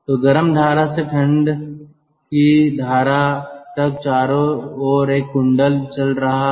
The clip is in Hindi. तो गर्म धारा से ठंड की धारा तक चारों ओर एक कॉइल चल रहा है